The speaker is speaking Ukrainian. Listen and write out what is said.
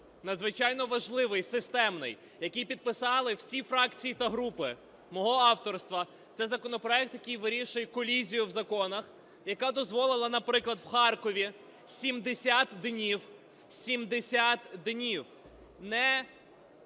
надзвичайно важливий, системний, який підписали всі фракції та групи, мого авторства. Це законопроект, який вирішує колізію в законах, яка дозволила, наприклад, в Харкові 70 днів не